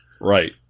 Right